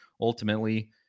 ultimately